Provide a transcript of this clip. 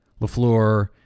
LaFleur